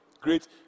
great